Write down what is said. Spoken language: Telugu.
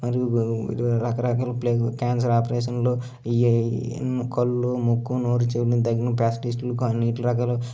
మరియు రకరకాల ప్లేగు క్యాన్సర్ ఆపరేషన్లు ఈ కళ్ళు ముక్కు నోరు చెవి తగిన పాస్టిస్లు అన్నిటి రకాలు